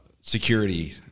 security